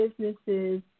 businesses